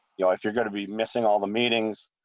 you know if you're going to be missing all the meetings.